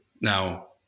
Now